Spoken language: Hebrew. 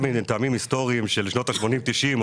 מטעמים היסטוריים, של שנות ה-80 וה-90.